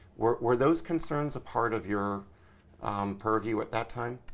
were were those concerns a part of your purview at that time?